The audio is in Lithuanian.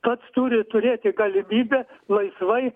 pats turi turėti galimybę laisvai